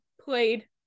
played